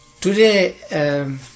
Today